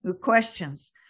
questions